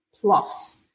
plus